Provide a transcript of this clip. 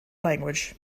language